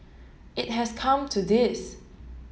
it has come to this